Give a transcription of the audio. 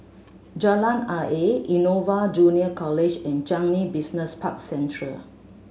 Jalan Ayer Innova Junior College and Changi Business Park Central